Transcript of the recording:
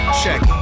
check